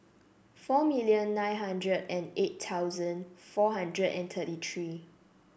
four million nine hundred and eight thousand four hundred and thirty three